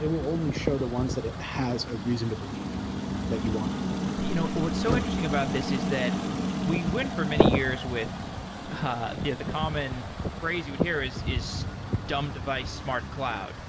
it will only show the ones that it has a reason to believe that you want you know what's so interesting about this is that we went for many years with and the other common phrase you would hear is is dumb device smart cloud,